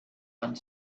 one